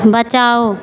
बचाओ